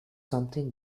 something